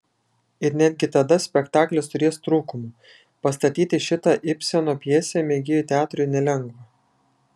ir netgi tada spektaklis turės trūkumų pastatyti šitą ibseno pjesę mėgėjų teatrui nelengva